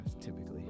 Typically